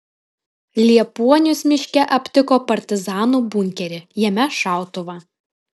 liepuonius miške aptiko partizanų bunkerį jame šautuvą